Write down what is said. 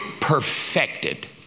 perfected